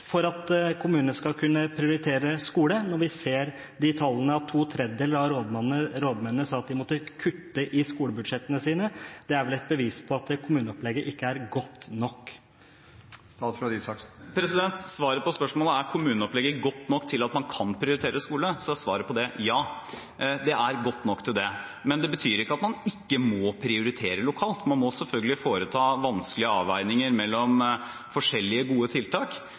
at kommunene skal kunne prioritere skole, når vi ser disse tallene – at to tredjedeler av rådmennene sa at de måtte kutte i skolebudsjettene sine? Det er vel et bevis på at kommuneopplegget ikke er godt nok. Svaret på spørsmålet om kommuneopplegget er godt nok til at man kan prioritere skole, er ja. Det er godt nok til det. Men det betyr ikke at man ikke må prioritere lokalt. Man må selvfølgelig foreta vanskelige avveininger mellom forskjellige gode tiltak.